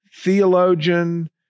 theologian